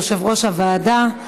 יושב-ראש הוועדה,